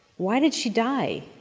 why did she die?